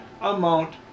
amount